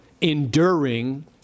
enduring